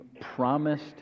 promised